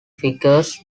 figures